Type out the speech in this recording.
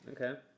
Okay